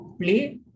play